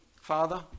father